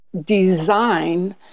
design